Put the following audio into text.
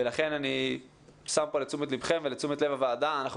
לכן אני שם כאן לתשומת לבכם ולתשומת לב הוועדה ואומר שאנחנו